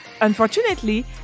Unfortunately